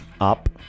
up